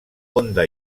onda